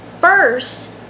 First